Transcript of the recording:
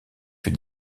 fut